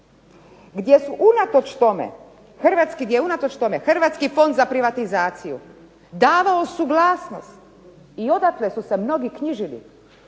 gdje unatoč tome Hrvatski fond za privatizaciju davao suglasnost i odakle su se mnogi knjižili.